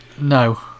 No